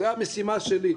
זו המשימה שלי.